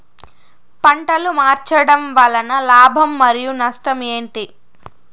పంటలు మార్చడం వలన లాభం మరియు నష్టం ఏంటి